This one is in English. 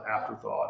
afterthought